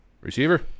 Receiver